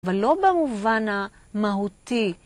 אבל לא במובן המהותי.